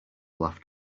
laughed